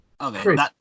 Okay